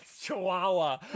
Chihuahua